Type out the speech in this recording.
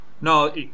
No